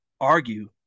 argue